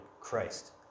Christ